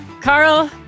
Carl